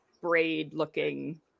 braid-looking